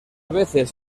veces